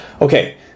Okay